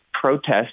protest